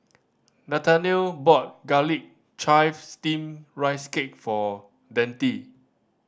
Nathaniel bought Garlic Chives Steamed Rice Cake for Deante